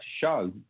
show